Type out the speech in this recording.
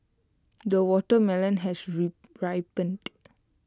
the watermelon has re ripened